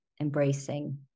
embracing